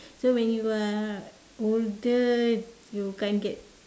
so when you are older you can't get